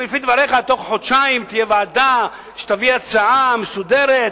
אם לפי דבריך בתוך חודשיים ועדה תביא הצעה מסודרת,